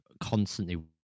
Constantly